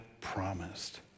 promised